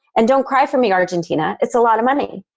and don't cry for me, argentina. it's a lot of money.